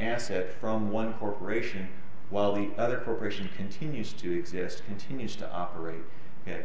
asset from one corporation while the other person continues to exist continues to operate